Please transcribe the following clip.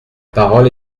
parole